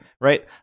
Right